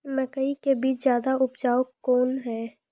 मकई के बीज ज्यादा उपजाऊ कौन है?